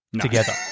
together